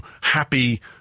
happy